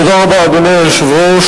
תודה רבה, אדוני היושב-ראש.